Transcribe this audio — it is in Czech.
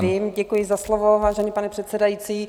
Vím, děkuji za slovo, vážený pane předsedající.